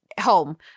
home